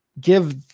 give